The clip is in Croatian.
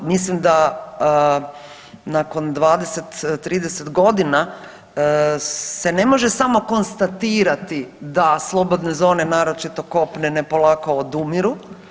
Mislim da nakon 20, 30 godina se ne može samo konstatirati da slobodne zone naročito kopnene polako odumiru.